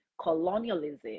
colonialism